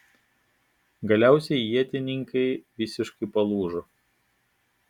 galiausiai ietininkai visiškai palūžo